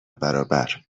برابر